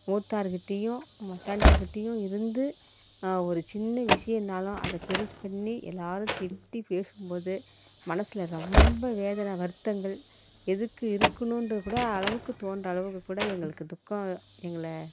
மூத்தாருக்கிட்டேயும் மச்சாந்தார்கிட்டேயும் இருந்து ஒரு சின்ன விஷயனாலும் அதை பெருசு பண்ணி எல்லோரும் திட்டி பேசும்போது மனசில் ரொம்ப வேதனை வருத்தங்கள் எதுக்கு இருக்கணும்ன்றகூட அளவுக்கு தோன்ற அளவுக்குக்கூட எங்களுக்கு துக்கம் எங்களை